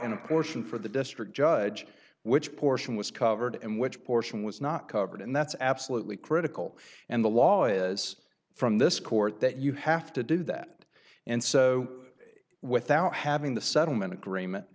portion for the district judge which portion was covered and which portion was not covered and that's absolutely critical and the law is from this court that you have to do that and so without having the settlement agreement